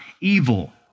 evil